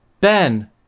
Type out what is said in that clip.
Ben